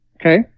Okay